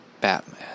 Batman